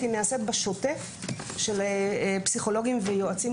היא נעשית בשוטף של פסיכולוגים ויועצים